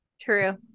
true